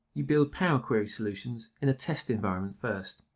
you build power query solutions in a test environment first.